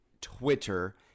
Twitter